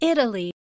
Italy